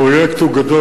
הפרויקט הוא גדול,